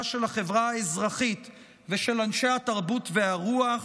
של החברה האזרחית ושל אנשי התרבות ורוח,